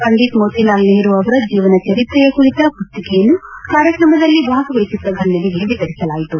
ಪಂಡಿತ್ ಮೋತಿಲಾಲ್ ನೆಹರು ಅವರ ಜೀವನ ಚರಿತ್ರೆ ಕುರಿತ ಪುಸ್ತಿಕೆಯನ್ನು ಕಾರ್ಯಕ್ರಮದಲ್ಲಿ ಭಾಗವಹಿಸಿದ್ದ ಗಣ್ಣರಿಗೆ ವಿತರಿಸಲಾಯಿತು